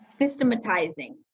systematizing